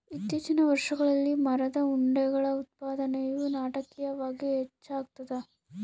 ಇತ್ತೀಚಿನ ವರ್ಷಗಳಲ್ಲಿ ಮರದ ಉಂಡೆಗಳ ಉತ್ಪಾದನೆಯು ನಾಟಕೀಯವಾಗಿ ಹೆಚ್ಚಾಗ್ತದ